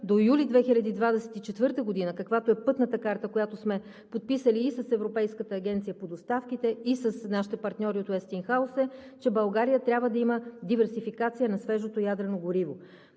до юли 2024 г., каквато е пътната карта, която сме подписали и с Европейската агенция по доставките, и с нашите партньори от „Уестингхаус“, България трябва да има диверсификация на свежото ядрено гориво.